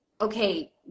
okay